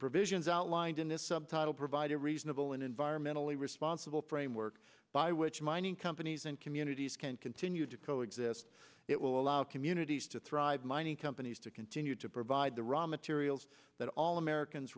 provisions outlined in this subtitle provide a reasonable and environmentally responsible framework by which mining companies and communities can continue to coexist it will allow communities to thrive mining companies to continue to provide the raw materials that all americans